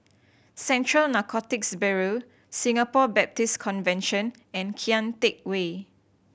Central Narcotics Bureau Singapore Baptist Convention and Kian Teck Way